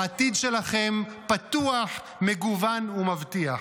העתיד שלכם פתוח, מגוון ומבטיח.